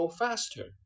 faster